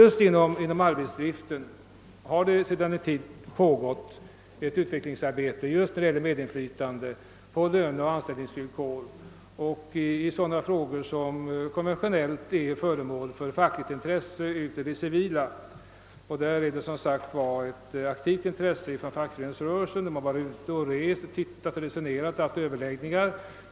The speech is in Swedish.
Just beträffande arbetsdriften har det emellertid sedan en tid pågått ett utvecklingsarbete som siktar till medinflytande över löneoch anställningsvillkor och sådana frågor som konventionellt är föremål för fackligt intresse i det civila. Fackföreningsrörelsen har visat ett aktivt intresse. Representanter från LO har rest omkring, studerat, resonerat och haft överläggningar.